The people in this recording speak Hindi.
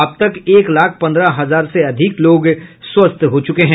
अब तक एक लाख पन्द्रह हजार से अधिक लोग स्वस्थ हुये हैं